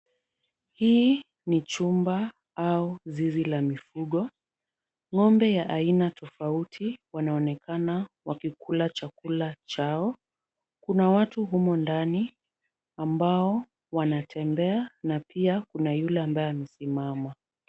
Hii ni chumba au zizi la mifugo. Ng'ombe ya aina tofauti wanaonekana wakikula chakula chao. Kuna watu humo ndani ambao wanatembea na pia kuna yule ambaye amesimama.